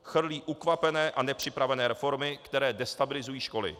Chrlí ukvapené a nepřipravené reformy, které destabilizují školy.